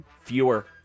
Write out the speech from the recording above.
Fewer